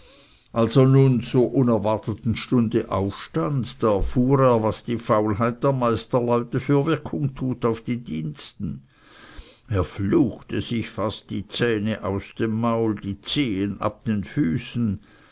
er nun einmal zur unerwarteten stunde aufstund da erfuhr er was die faulheit der meisterleute für wirkung tut auf die diensten er fluchte sich fast die zähne aus dem maul die zehen ab den füßen